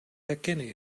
herkennen